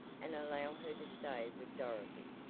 and allow her to stay with dorothy,